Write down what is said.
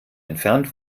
entfernt